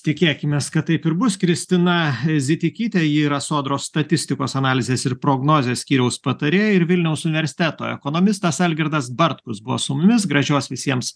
tikėkimės kad taip ir bus kristina zitikytė ji yra sodros statistikos analizės ir prognozės skyriaus patarėja ir vilniaus universiteto ekonomistas algirdas bartkus buvo su mumis gražios visiems